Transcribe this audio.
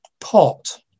pot